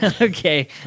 Okay